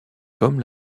comme